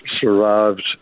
survived